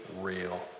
real